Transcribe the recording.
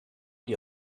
die